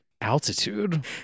Altitude